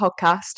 podcast